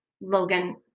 Logan